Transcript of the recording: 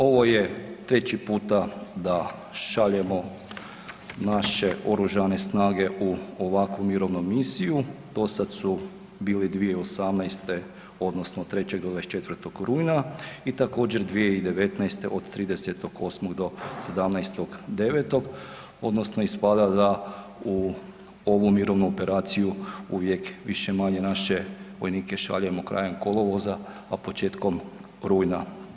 Ovo je treći puta da šaljemo naše oružane snage u ovakvu mirovnu misiju, do sada su bile 2018. odnosno 3. do 24. rujna i također 2019. od 30.08. do 17. 09. odnosno ispada da u ovu mirovnu operaciju uvijek više-manje naše vojnike šaljemo krajem kolovoza, a početkom rujna.